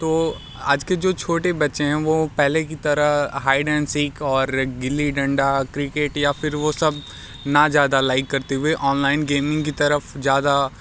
तो आजके जो छोटे बच्चे हैं वो पहले के तरह हाईड एंड सीक और गिल्ली डंडा क्रिकेट या फ़िर वो सब ना ज़्यादा लाइक करते हुए ऑनलाइन गेमिंग की तरफ़ ज़्यादा